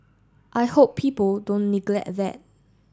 I hope people don't neglect that